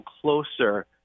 closer